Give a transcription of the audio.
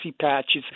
patches